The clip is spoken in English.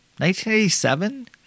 1987